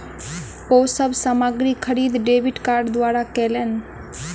ओ सब सामग्री खरीद डेबिट कार्ड द्वारा कयलैन